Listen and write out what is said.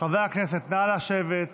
חברי הכנסת, נא לשבת.